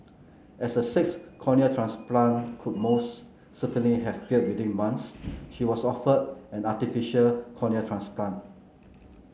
as a sixth cornea transplant would most certainly have failed within months she was offered an artificial cornea transplant